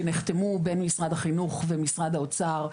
שנחתמו בין משרד החינוך ומשרד האוצר,